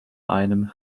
einem